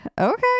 okay